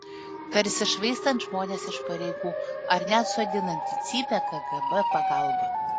tarsi švaistant žmones iš pareigų ar net sodinant į cypę kgb pagalba